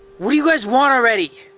what do you guys want, already?